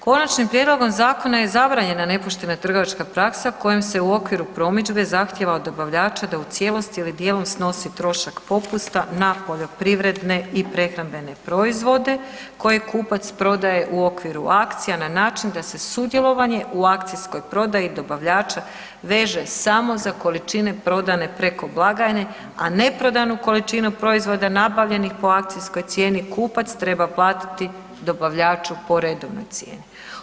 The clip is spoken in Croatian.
Konačnim prijedlogom zakona je zabranjena nepoštena trgovačka praksa kojom se u okviru promidžbe zahtijeva od dobavljača da u cijelosti ili dijelom snosi trošak popusta na poljoprivredne i prehrambene proizvode koje kupac prodaje u okviru akcija na način da se sudjelovanje u akcijskoj prodaju dobavljača, veže samo za količine prodane preko blagajne, a neprodanu količinu proizvoda nabavljenih po akcijskoj cijeni kupac treba platiti dobavljaču po redovnoj cijeni.